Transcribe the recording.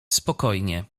spokojnie